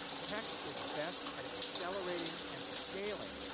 tech is best at accelerating and scaling.